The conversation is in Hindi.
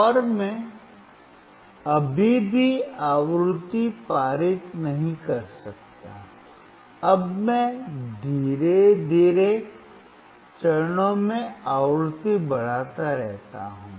और मैं अभी भी आवृत्ति पारित नहीं कर सकता अब मैं धीरे धीरे चरणों में आवृत्ति बढ़ाता रहता हूं